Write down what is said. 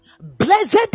blessed